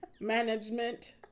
management